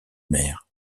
mer